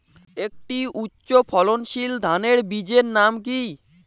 একটি উচ্চ ফলনশীল ধানের বীজের নাম কী?